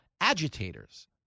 agitators